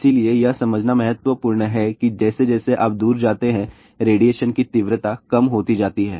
इसलिए यह समझना महत्वपूर्ण है कि जैसे जैसे आप दूर जाते हैं रेडिएशन की तीव्रता कम होती जाती है